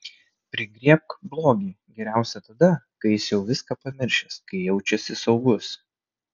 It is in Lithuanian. prigriebk blogį geriausia tada kai jis jau viską pamiršęs kai jaučiasi saugus